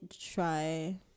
try